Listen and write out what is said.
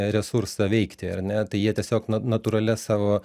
resursą veikti ar ne tai jie tiesiog na natūralia savo